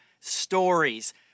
Stories